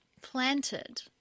planted